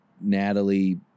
Natalie